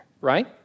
right